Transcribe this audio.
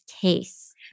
case